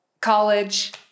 college